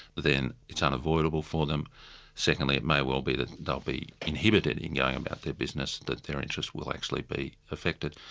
then it's unavoidable for them secondly it may well be that they'll be inhibited in going about their business, that their interest will actually be affected.